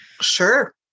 sure